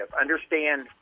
Understand